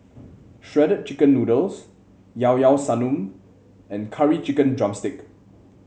Shredded Chicken Noodles Llao Llao Sanum and Curry Chicken drumstick